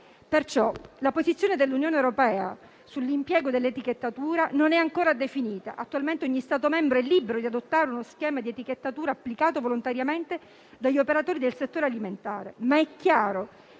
questo, la posizione dell'Unione europea sull'impiego dell'etichettatura non è ancora definita; attualmente ogni Stato membro è libero di adottare uno schema di etichettatura applicato volontariamente dagli operatori del settore alimentare.